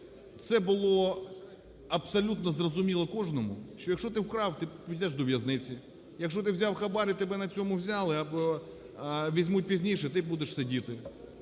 це було абсолютно зрозуміло кожному, що якщо ти вкрав, ти підеш до в'язниці, якщо ти взяв хабар і тебе на цьому взяли або візьмуть пізніше, ти будеш сидіти,